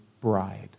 bride